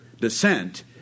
descent